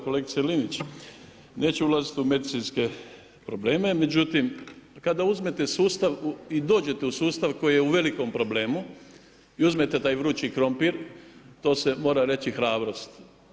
Kolegice Linić, neću ulaziti u medicinske probleme, međutim kada uzmete sustav i dođete u sustav koji je u velikom problemu, uzmete taj vrući krumpir, to se mora reći hrabrost.